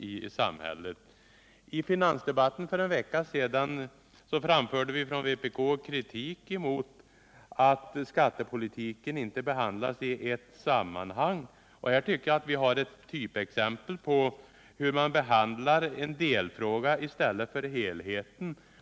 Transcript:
I finansdebatten för en vecka sedan framförde vpk kritik mot att skattepolitiken inte behandlas i ett sammanhang. Här tycker jag att vi har ett typexempel på hur man behandlar en delfråga i stället för helheten.